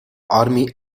army